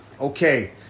Okay